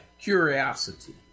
curiosity